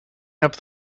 have